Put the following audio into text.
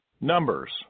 Numbers